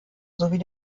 sowie